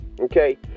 okay